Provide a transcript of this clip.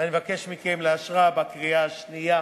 ואני מבקש מכם לאשרה בקריאה שנייה